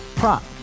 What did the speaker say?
prop